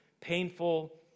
painful